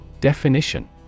Definition